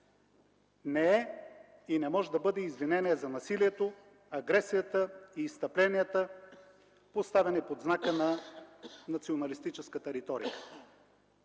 не е и не може да бъде извинение за насилието, агресията и изстъпленията, поставени под знака на националистическата реторика.